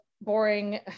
boring